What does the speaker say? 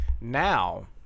Now